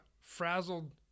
frazzled